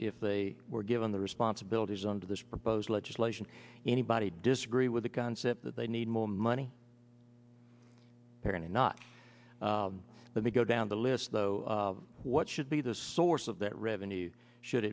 if they were given the responsibilities under this proposed legislation anybody disagree with the concept that they need more money or not let me go down the list though what should be the source of that revenue should